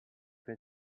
been